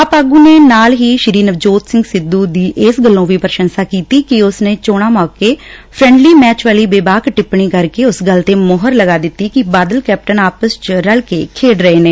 ਆਪ ਆਗੁ ਨੇ ਨਾਲ ਹੀ ਸ੍ਰੀ ਸਿੱਧੁ ਦੀ ਇਸ ਗੱਲੋ ਵੀ ਪ੍ਸ਼ੰਸਾ ਕੀਤੀ ਕਿ ਉਸ ਨੇ ਚੋਣਾਂ ਮੌਕੇ ਫਰੈਂਡਲੀ ਮੈਚ ਵਾਲੀ ਬੇਬਾਕ ਟਿੱਪਣੀ ਕਰਕੇ ਉਸ ਗੱਲ ਤੇ ਮੋਹਰ ਲੱਗਾ ਦਿੱਤੀ ਸੀ ਕਿ ਬਾਦਲ ਕੈਪਟਨ ਆਪਸ ਚ ਰਲ ਕੇ ਖੇਡ ਰਹੇ ਨੇ